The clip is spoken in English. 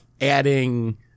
adding